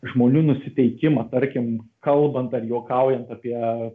žmonių nusiteikimą tarkim kalbant ar juokaujant apie